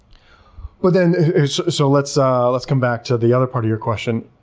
but and so let's so let's come back to the other part of your question.